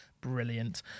brilliant